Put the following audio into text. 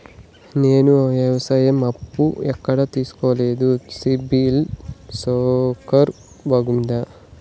నేను వ్యవసాయం అప్పు ఎక్కడ తీసుకోలేదు, సిబిల్ స్కోరు బాగుందా?